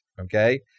okay